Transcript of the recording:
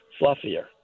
fluffier